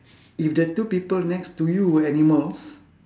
if the two people next to you were animals